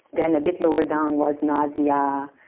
then a bit lower down was nausea,